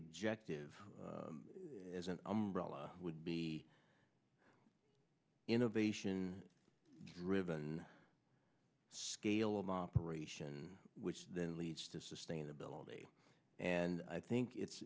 objective as an umbrella would be innovation riven scale moderation which then leads to sustainability and i think it's